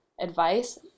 advice